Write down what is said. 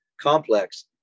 complex